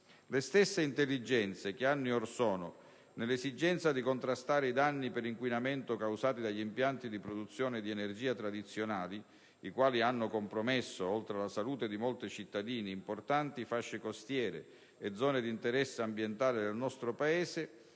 Le stesse intelligenze che anni or sono, nell'esigenza di contrastare i danni per inquinamento causati dagli impianti di produzione di energia tradizionali - i quali hanno compromesso, oltre alla salute di molti cittadini, importanti fasce costiere e zone di interesse ambientale del nostro Paese